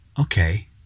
okay